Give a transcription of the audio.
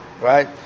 Right